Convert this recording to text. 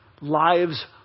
lives